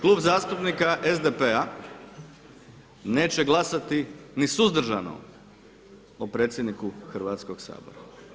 Klub zastupnika SDP-a neće glasati ni suzdržano o predsjedniku Hrvatskoga sabora.